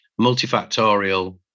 multifactorial